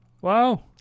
Wow